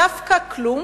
דווקא כלום